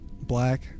black